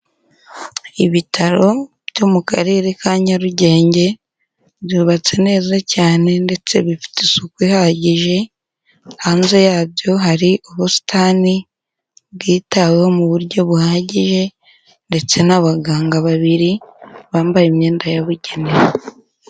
Ibitaro byo mu karere ka Nyarugenge, byubatse neza cyane ndetse bifite isuku ihagije, hanze yabyo hari ubusitani bwitaweho mu buryo buhagije ndetse n'abaganga babiri, bambaye imyenda yabugenewe.